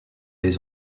les